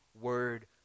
word